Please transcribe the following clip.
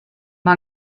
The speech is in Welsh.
mae